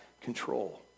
control